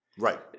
Right